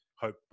Hope